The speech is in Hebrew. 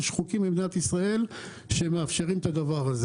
יש חוקים במדינת ישראל שמאפשרים את זה.